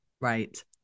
right